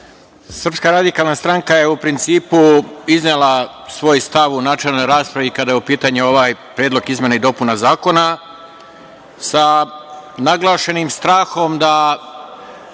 Srpska radikalna stranka je u principu iznela svoj stav u načelnoj raspravi kada je u pitanju ovaj predlog izmena i dopuna zakona, sa naglašenim strahom da